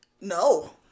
No